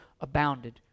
abounded